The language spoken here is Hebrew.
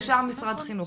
ישר אומרים משרד החינוך.